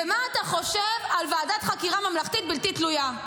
ומה אתה חושב על ועדת חקירה ממלכתית בלתי תלויה?